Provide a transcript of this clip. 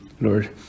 Lord